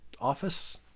office